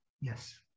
Yes